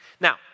Now